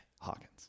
Hawkins